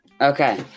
Okay